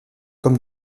comme